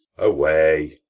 away!